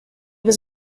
was